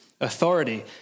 authority